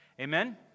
amen